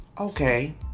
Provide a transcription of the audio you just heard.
okay